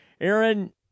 Aaron